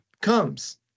comes